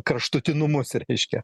kraštutinumus reiškia